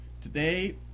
Today